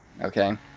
okay